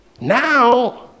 Now